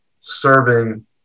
serving